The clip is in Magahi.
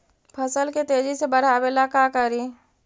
फसल के तेजी से बढ़ाबे ला का करि?